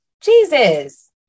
Jesus